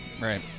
Right